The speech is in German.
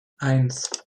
eins